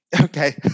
okay